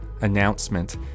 announcement